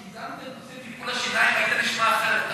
כשקידמת את נושא טיפול השיניים היית נשמע אחרת.